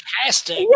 fantastic